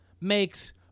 makes